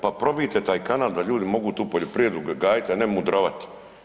Pa probijte taj kanal da ljudi mogu tu poljoprivredu gajiti, a ne mudrovati.